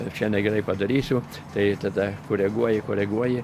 ir šiandien gerai padarysiu tai tada koreguoji koreguoji